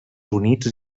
units